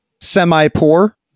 semi-poor